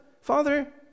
father